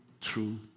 true